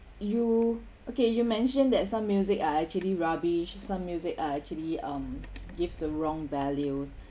you okay you mentioned that some music are actually rubbish some music are actually um gives the wrong values